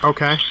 Okay